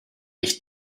ich